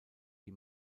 die